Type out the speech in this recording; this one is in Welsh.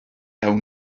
awn